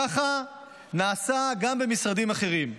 ככה נעשה גם במשרדים אחרים.